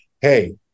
hey